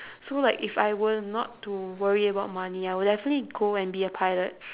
so like if I were not to worry about money I would definitely go be a pilot